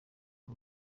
the